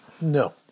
No